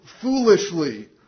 foolishly